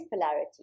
polarity